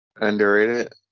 Underrated